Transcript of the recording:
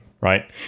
right